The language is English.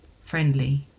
friendly